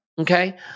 okay